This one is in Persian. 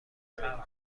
خلق